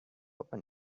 open